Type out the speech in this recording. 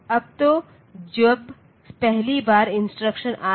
अब तो जब पहली बार इंस्ट्रक्शन आ रहा है